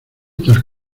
tal